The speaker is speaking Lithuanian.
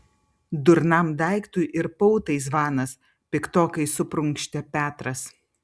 durnam daiktui ir pautai zvanas piktokai suprunkštė petras